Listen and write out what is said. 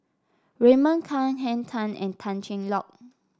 Raymond Kang Henn Tan and Tan Cheng Lock